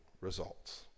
results